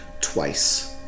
twice